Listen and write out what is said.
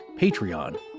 Patreon